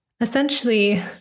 essentially